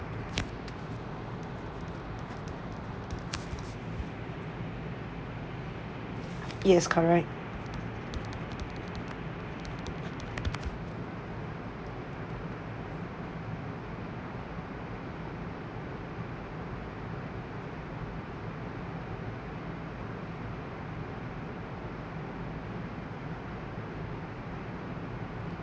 yes correct